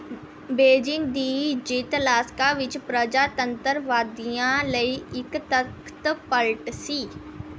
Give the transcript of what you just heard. Beijing ਦੀ ਜਿੱਤ Alaska ਵਿੱਚ ਪਰਜਾਤੰਤਰਵਾਦੀਆਂ ਲਈ ਇੱਕ ਤਖਤ ਪਲਟ ਸੀ